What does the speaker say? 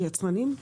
היצרנים.